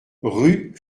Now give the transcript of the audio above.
rue